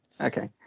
Okay